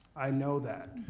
i know that,